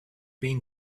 been